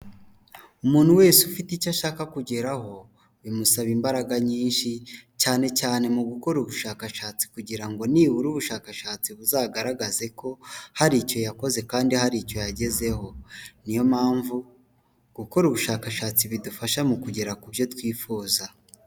Umuntu wese ufite icyo ashaka kugeraho, bimusaba imbaraga nyinshi cyane cyane mu gukora ubushakashatsi kugira ngo nibura ubushakashatsi buzagaragaze ko hari icyo yakoze kandi hari icyo yagezeho, niyo mpamvu gukora ubushakashatsi bidufasha mu kugera ku byo twifuza.